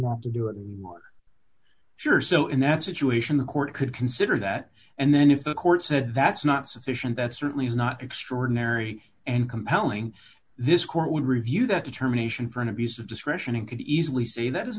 want to do it sure so in that situation the court could consider that and then if the court said that's not sufficient that certainly is not extraordinary and compelling this court would review that determination for an abuse of discretion and could easily say that is